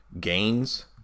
gains